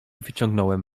wyciągnąłem